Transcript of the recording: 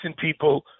people